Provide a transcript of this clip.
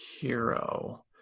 hero